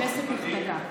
כנסת נכבדה,